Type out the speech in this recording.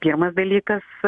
pirmas dalykas